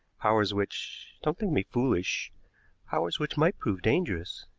powers which don't think me foolish powers which might prove dangerous.